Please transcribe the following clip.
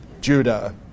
Judah